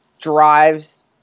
drives